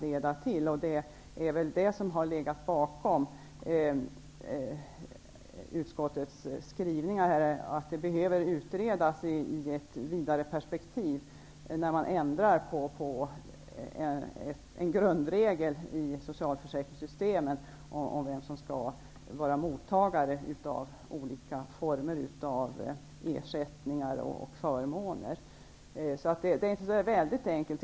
Det är det som har legat bakom utskottets skrivning att frågan behöver utredas i ett vidare perspektiv, när en grundregel skall ändras i socialförsäkringssystemet. Det handlar om vem som skall vara mottagare av olika ersättningar och förmåner. Det är inte helt enkelt.